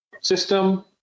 system